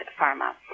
pharma